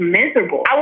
miserable